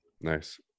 Nice